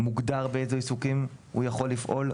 מוגדר באילו עיסוקים הוא יכול לפעול,